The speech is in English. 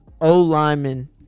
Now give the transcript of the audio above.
O-lineman